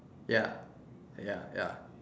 ya ya ya